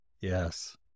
Yes